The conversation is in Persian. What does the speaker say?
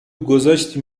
گذاشتی